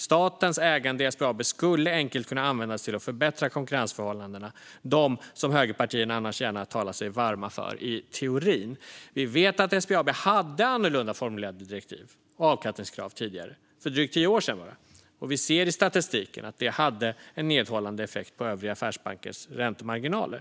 Statens ägande i SBAB skulle enkelt kunna användas till att förbättra konkurrensförhållandena - dem som högerpartierna annars gärna talar sig varma för i teorin. Vi vet att SBAB hade annorlunda formulerade direktiv och avkastningskrav för drygt tio år sedan, och vi ser i statistiken att det hade en nedhållande effekt på övriga affärsbankers räntemarginaler.